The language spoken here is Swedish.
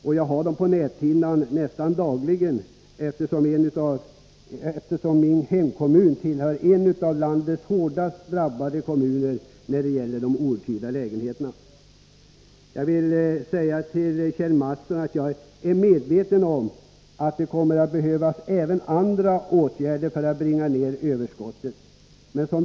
Jag har dessa problem på näthinnan nästan dagligen, eftersom min hemkommun är en av landets hårdast drabbade kommuner när det gäller outhyrda lägenheter. Jag vill säga till Kjell Mattsson att jag är medveten om att det kommer att behövas även andra åtgärder för att bringa ned överskottet på lägenheter.